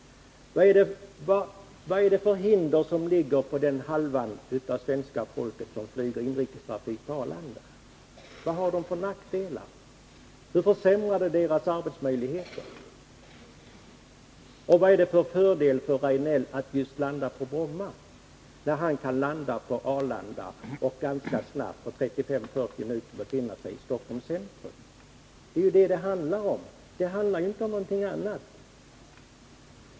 Vilka är nackdelarna för den halva av svenska folket som använder sig av inrikesflyget på Arlanda? Hur försämrar detta arbetsmöjligheterna för vederbörande? Vad är det för fördel för Eric Rejdnell att landa på just Bromma flygplats, då det går att landa på Arlanda och ganska snabbt — på 35-40 minuter — komma till Stockholms centrum? Det är ju det som det handlar om, inte om någonting annat.